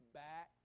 back